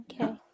Okay